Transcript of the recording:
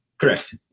Correct